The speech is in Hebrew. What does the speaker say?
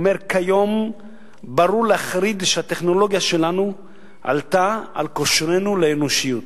הוא אומר: כיום ברור להחריד שהטכנולוגיה שלנו עלתה על כושרנו לאנושיות.